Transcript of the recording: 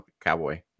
cowboy